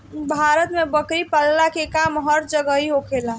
भारत में बकरी पलला के काम हर जगही होखेला